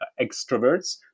extroverts